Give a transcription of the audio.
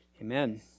Amen